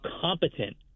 competent